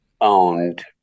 owned